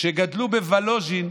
שגדלו בוולוז'ין,